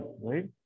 right